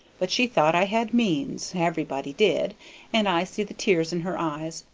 but she thought i had means everybody did and i see the tears in her eyes,